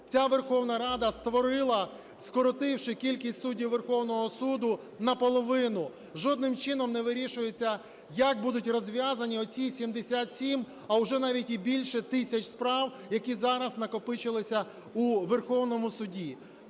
ця Верховна Рада створила, скоротивши кількість суддів Верховного Суду наполовину. Жодним чином не вирішується, як будуть розв'язані ці 77, а вже навіть і більше тисяч справ, які зараз накопичилися у Верховному Суді.